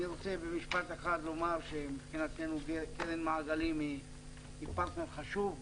אני רוצה במשפט אחד לומר שמבחינתנו קרן מעגלים היא פרטנר חשוב.